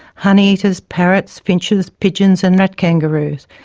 honeyeaters, parrots, finches, pigeons and rat-kangaroos.